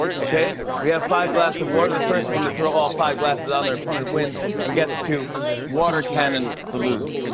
okay? we have five glasses of water. the first one to throw all five glasses on their opponent wins and gets to water-cannon the loser.